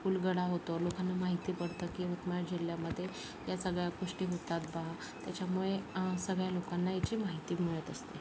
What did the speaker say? उलगडा होतो लोकांना माहिती पडतं की यवतमाळ जिल्ह्यामध्ये या सगळ्या गोष्टी होतात बा त्याच्यामुळे सगळ्या लोकांना याची माहिती मिळत असते